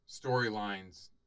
storylines